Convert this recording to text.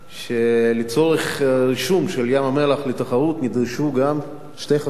שלצורך רישום של ים-המלח לתחרות נדרשו עוד שתי חתימות,